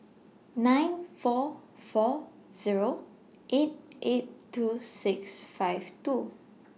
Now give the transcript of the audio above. nine four four Zero eight eight two six five two